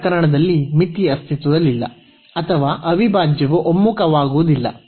ಈ ಪ್ರಕರಣದಲ್ಲಿ ಮಿತಿ ಅಸ್ತಿತ್ವದಲ್ಲಿಲ್ಲ ಅಥವಾ ಅವಿಭಾಜ್ಯವು ಒಮ್ಮುಖವಾಗುವುದಿಲ್ಲ